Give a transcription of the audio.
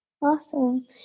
Awesome